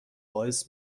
باعث